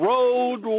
Road